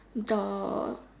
the